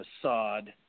facade